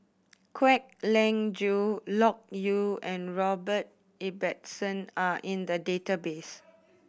Kwek Leng Joo Loke Yew and Robert Ibbetson are in the database